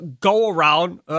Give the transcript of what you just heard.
go-around